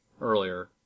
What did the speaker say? earlier